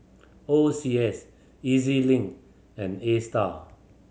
O C S E Z Link and Astar